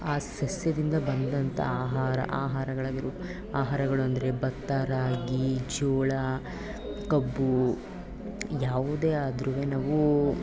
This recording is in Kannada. ಆ ಸಸ್ಯದಿಂದ ಬಂದಂಥ ಆಹಾರ ಆಹಾರಗಳನ್ನು ಆಹಾರಗಳು ಅಂದರೆ ಭತ್ತ ರಾಗಿ ಜೋಳ ಕಬ್ಬು ಯಾವುದೇ ಆದ್ರೂ ನಾವು